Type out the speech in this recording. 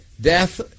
Death